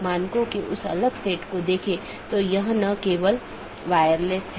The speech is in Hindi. इंटीरियर गेटवे प्रोटोकॉल में राउटर को एक ऑटॉनमस सिस्टम के भीतर जानकारी का आदान प्रदान करने की अनुमति होती है